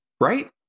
Right